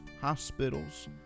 hospitals